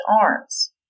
arms